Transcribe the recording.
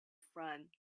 front